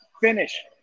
finish